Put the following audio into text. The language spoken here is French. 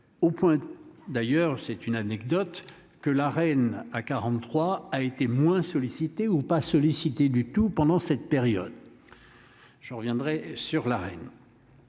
Au point d'ailleurs, c'est une anecdote que la reine à 43 a été moins sollicités ou pas sollicité du tout pendant cette période. Je reviendrai sur la reine.